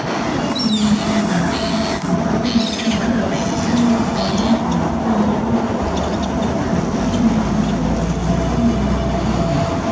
serbian independence survived him for only two years, when the ottoman empire formally annexed his lands following dissension among his widow and three remaining sons.